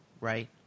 Right